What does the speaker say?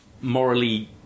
morally